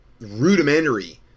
rudimentary